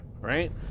Right